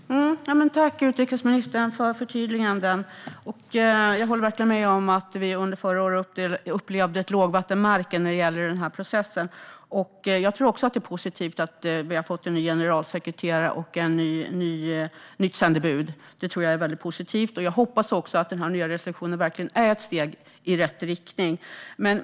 Herr talman! Tack, utrikesministern, för förtydligandena! Jag håller verkligen med om att vi under förra året upplevde ett lågvattenmärke när det gäller processen. Det är positivt att det har tillträtt en ny generalsekreterare och ett nytt sändebud. Det är positivt. Jag hoppas att den nya resolutionen är ett steg i rätt riktning.